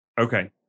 Okay